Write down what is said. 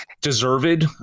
deserved